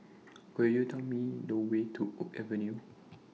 Could YOU Tell Me The Way to Oak Avenue